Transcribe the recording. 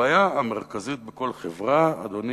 אדוני היושב-ראש, הבעיה המרכזית בכל חברה היא